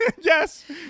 yes